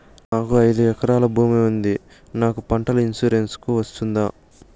నాకు ఐదు ఎకరాల భూమి ఉంది నాకు పంటల ఇన్సూరెన్సుకు వస్తుందా?